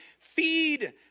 Feed